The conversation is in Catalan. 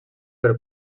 per